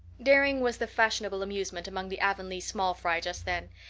daring was the fashionable amusement among the avonlea small fry just then.